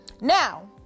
Now